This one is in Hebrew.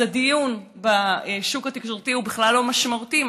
אז הדיון בשוק התקשורתי הוא בכלל לא משמעותי אם